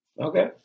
Okay